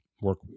work